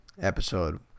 episode